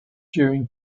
during